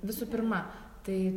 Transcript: visų pirma tai